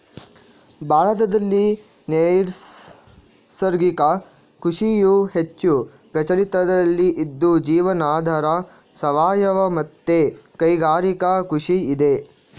ಭಾರತದಲ್ಲಿ ನೈಸರ್ಗಿಕ ಕೃಷಿಯು ಹೆಚ್ಚು ಪ್ರಚಲಿತದಲ್ಲಿ ಇದ್ದು ಜೀವನಾಧಾರ, ಸಾವಯವ ಮತ್ತೆ ಕೈಗಾರಿಕಾ ಕೃಷಿ ಇದೆ